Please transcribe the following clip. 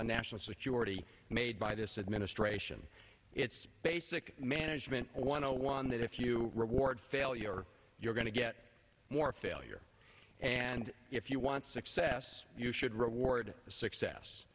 on national security made by this administration it's basic management one o one that if you reward failure you're going to get more failure and if you want success you should reward success